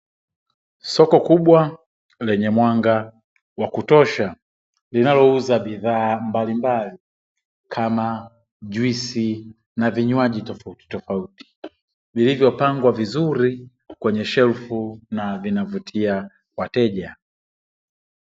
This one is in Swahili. Soko kubwa lenye mwanga wa kutosha linalouza bidhaa mbalimbali, kama juisi na vinjwaji tofauti tofauti, vilivyopangwa vizuri kwenye shelfu na vinavutia wateja.